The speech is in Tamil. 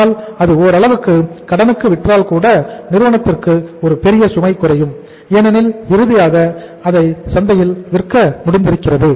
ஆனால் அது ஓரளவுக்கு கடனுக்கு விற்றால் கூட நிறுவனத்திற்கு ஒரு பெரிய சுமை குறையும் ஏனெனில் இறுதியாக அதை சந்தையில் விற்க முடிந்திருக்கிறது